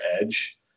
edge